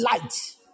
light